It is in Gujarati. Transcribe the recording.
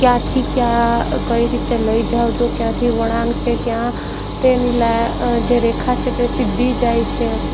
ક્યાંથી ક્યા કઈ રીતે લઈ જાઓ છો ક્યાંથી વળાંક છે ક્યાં તેની જે રેખા છે તે સીધી જાય છે